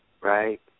right